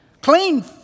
Clean